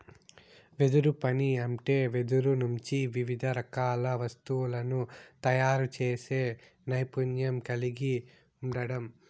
వెదురు పని అంటే వెదురు నుంచి వివిధ రకాల వస్తువులను తయారు చేసే నైపుణ్యం కలిగి ఉండడం